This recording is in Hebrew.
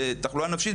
בתחלואה נפשית,